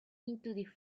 into